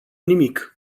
nimic